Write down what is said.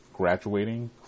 graduating